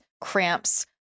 cramps